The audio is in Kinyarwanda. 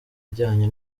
ijyanye